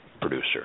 producer